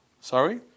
Sorry